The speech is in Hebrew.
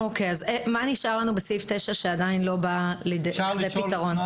מה נשאר לנו בסעיף 9 שעדיין לא בא לידי פתרון?